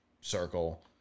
circle